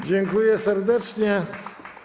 Dziękuję serdecznie.